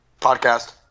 Podcast